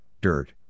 dirt